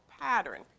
pattern